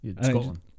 Scotland